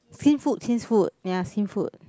Skin-Food Skin-Food ya Skin-Food